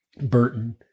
Burton